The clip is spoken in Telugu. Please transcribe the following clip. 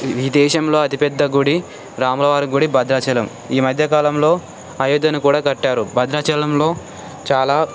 ఈ దేశంలో అతిపెద్ద గుడి రాములవారి గుడి భద్రాచలం ఈ మధ్యకాలంలో అయోధ్యని కూడా కట్టారు భద్రాచలంలో చాలా